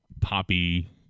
poppy